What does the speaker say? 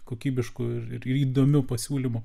kokybišku ir ir įdomiu pasiūlymu